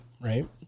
Right